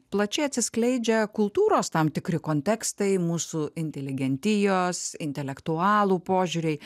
plačiai atsiskleidžia kultūros tam tikri kontekstai mūsų inteligentijos intelektualų požiūriai